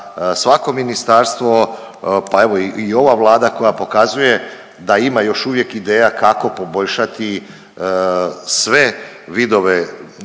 svako ministarstvo pa evo i ova Vlada koja pokazuje da ima još uvijek ideja kako poboljšati sve vidove ne